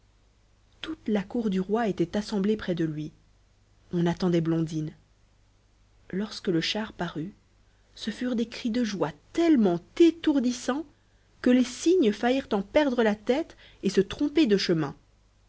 toute la cour du roi était assemblée près de lui on attendait blondine lorsque le char parut ce furent des cris de joie tellement étourdissants que les cygnes faillirent en perdre la tête et se tromper de chemin